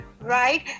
Right